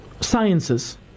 sciences